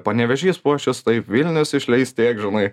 panevėžys puošiasi taip vilnius išleis tiek žinai